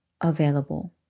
available